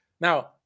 now